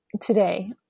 today